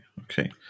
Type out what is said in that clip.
okay